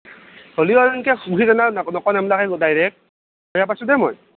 হলিও আৰু এনকে গুচি গ'লা আৰু ন নোকোৱা নেম্লাকে ডাইৰেক্ট বেয়া পাইছোঁ দেই মই